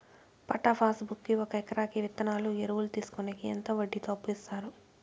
పట్టా passbook కి ఒక ఎకరాకి విత్తనాలు, ఎరువులు తీసుకొనేకి ఎంత వడ్డీతో అప్పు ఇస్తారు?